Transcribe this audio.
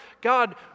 God